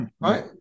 right